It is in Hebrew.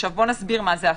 מה זה הפחתה: